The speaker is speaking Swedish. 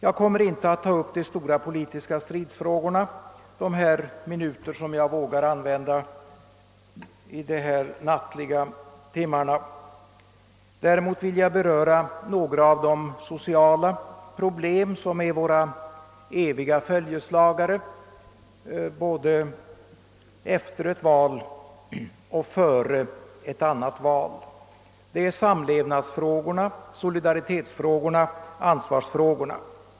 Jag kommer inte att ta upp de stora politiska stridsfrågorna de minuter som jag vågar använda i denna nattliga timme. Däremot vill jag beröra några av de sociala problem som är våra eviga följeslagare, både efter ett val och före ett annat val. Det är samlevnadsfrågorna, solidaritetsfrågorna och ansvarsfrågorna.